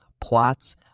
plots